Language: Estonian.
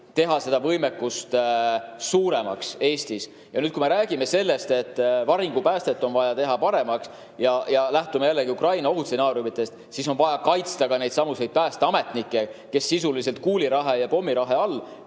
Eestis seda võimekust suuremaks. Kui me räägime sellest, et varingupäästet on vaja teha paremaks, ja lähtume jällegi Ukraina ohustsenaariumidest, siis on vaja kaitsta ka neidsamu päästeametnikke, kes sisuliselt kuulirahe ja pommirahe all